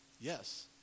Yes